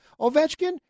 Ovechkin